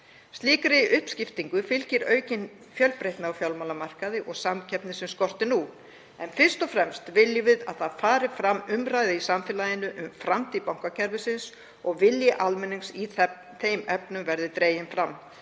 Slíkri uppskiptingu fylgir aukin fjölbreytni á fjármálamarkaði og samkeppni sem skortir nú en fyrst og fremst viljum við að fram fari umræða í samfélaginu um framtíð bankakerfisins og vilji almennings í þeim efnum verði dreginn fram.